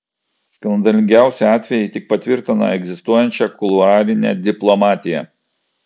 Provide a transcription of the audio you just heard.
skandalingiausi atvejai tik patvirtina egzistuojančią kuluarinę diplomatiją